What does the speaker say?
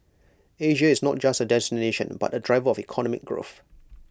Asia is not just A destination but A driver of economic growth